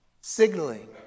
signaling